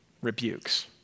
rebukes